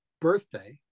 birthday